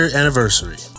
anniversary